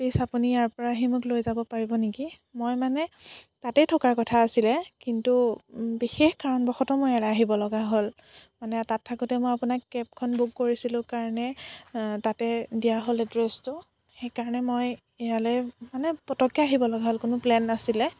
please আপুনি ইয়াৰ পৰা আহি মোক লৈ যাব পাৰিব নেকি মই মানে তাতেই থকাৰ কথা আছিলে কিন্তু বিশেষ কাৰণবশতঃ মই ইয়ালৈ আহিবলগা হ'ল মানে তাত থাকোঁতে মই আপোনাক কেবখন বুক কৰিছিলোঁ কাৰণে তাতে দিয়া হ'ল এড্ৰেছটো সেইকাৰণে মই ইয়ালৈ মানে পতককৈ আহিব লগা হ'ল কোনো প্লেন নাছিলে